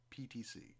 PTC